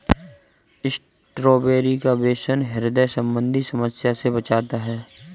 strawberry का सेवन ह्रदय संबंधी समस्या से बचाता है